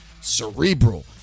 cerebral